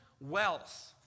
wealth